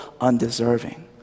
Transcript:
undeserving